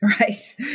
Right